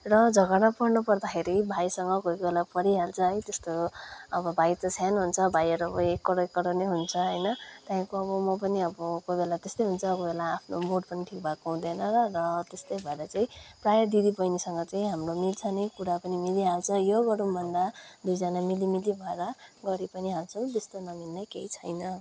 र झगडा पर्नु पर्दाखेरि भाइसँग कोही बेला परिहाल्छ है त्यस्तो अब भाइ त सानो हुन्छ भाइहरू अब एकोहोरो एकोहोरो नै हुन्छ होइन त्यहाँदेखिको अब म पनि अब कोही बेला त्यस्तै हुन्छ अब कोहीबेला आफ्नो मुड पनि ठिक भएको हुँदैन र त्यस्तै भएर चाहिँ प्रायः दिदी बहिनीसँग चाहिँ हाम्रो मिल्छ नै कुरा पनि मिलिहाल्छ यो गरौँ भन्दा दुईजना मिली मिली भएर गरि पनि हाल्छौँ त्यस्तो नमिल्ने केही छैन